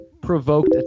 provoked